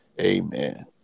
Amen